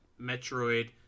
Metroid